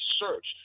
search